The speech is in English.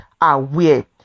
aware